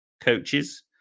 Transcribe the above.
coaches